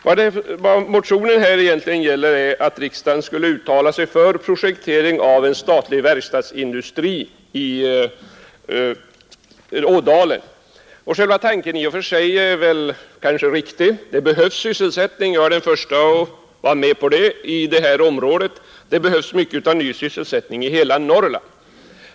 Vad motionen egentligen gäller är att riksdagen skulle uttala sig för projektering av en statlig verkstadsindustri i Ådalen. Tanken är kanske i och för sig riktig. Det behövs sysselsättning i det området — jag är den förste att vara med på det. Det behövs mycket av ny sysselsättning i hela Norrland.